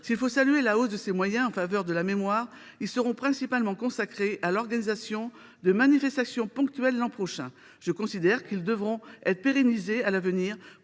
S’il faut saluer la hausse des moyens en faveur de la mémoire, ceux ci seront principalement consacrés à l’organisation de manifestations ponctuelles l’an prochain. Je considère qu’ils devront être pérennisés à l’avenir